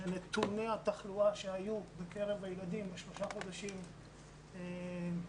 שנתוני התחלואה שהיו בקרב הילדים בשלושת החודשים מארס,